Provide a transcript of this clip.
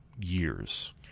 years